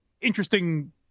interesting